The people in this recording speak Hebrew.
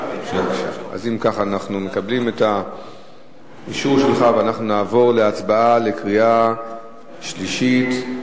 אנחנו מקבלים את האישור שלך ואנחנו נעבור להצבעה בקריאה שלישית.